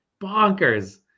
bonkers